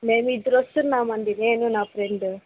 మేము ఇద్దరం వస్తున్నాము అండి నేను నా ఫ్రెండు